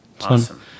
Awesome